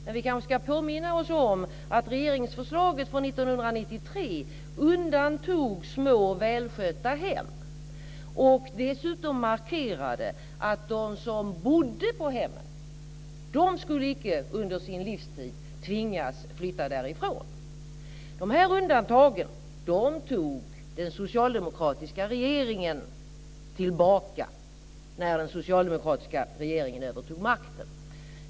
Men vi kanske ska påminna oss om att regeringsförslaget från 1993 undantog små, välskötta hem och dessutom markerade att de som bodde på hemmen skulle icke under sin livstid tvingas flytta därifrån. De här undantagen tog den socialdemokratiska regeringen tillbaka när den övertog makten.